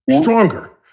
stronger